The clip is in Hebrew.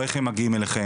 או איך הם מגיעים אליכם?